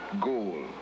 goal